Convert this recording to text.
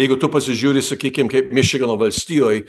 jeigu tu pasižiūri sakykim kaip mičigano valstijoj